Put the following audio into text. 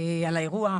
על האירוע,